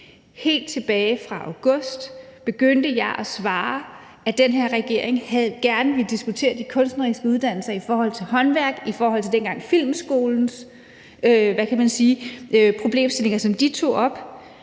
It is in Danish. Helt tilbage fra august begyndte jeg at svare, at den her regering gerne ville diskutere de kunstneriske uddannelser i forhold til håndværk, i forhold til Filmskolen dengang, også problemstillinger, som de tog op.